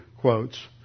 quotes